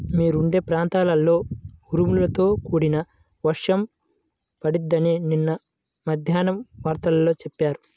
మీరుండే ప్రాంతంలో ఉరుములతో కూడిన వర్షం పడిద్దని నిన్న మద్దేన్నం వార్తల్లో చెప్పారు